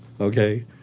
okay